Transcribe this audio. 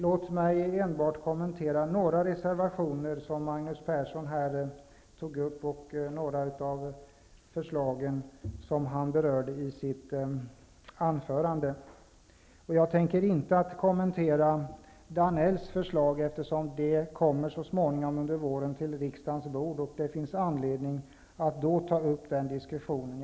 Låt mig enbart kommentera några reservationer som Magnus Persson kommenterade och några förslag som han berörde i sitt anförande. Jag tänker inte kommentera Danells förslag, eftersom det senare under våren kommer till riksdagen. Det blir då tillfälle att diskutera detta.